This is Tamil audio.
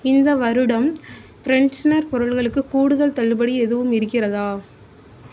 இந்த வருடம் ஃப்ரென்ஷனர் பொருள்களுக்கு கூடுதல் தள்ளுபடி எதுவும் இருக்கிறதா